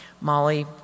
Molly